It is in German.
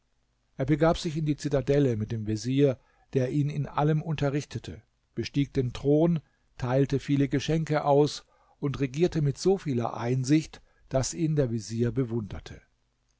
er begab sich in die zitadelle mit dem vezier der ihn in allem unterrichtete bestieg den thron teilte viele geschenke aus und regierte mit so vieler einsicht daß ihn der vezier bewunderte